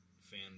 fan